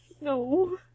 No